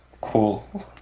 cool